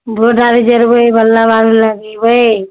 board आओर जोड़बै bulb आओर लगेबै